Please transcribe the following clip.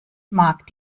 mag